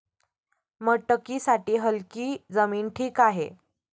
मटकीसाठी हलकी जमीन ठीक आहे